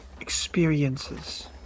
experiences